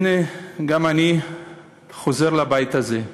הנה, גם אני חוזר לבית הזה.